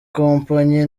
kompanyi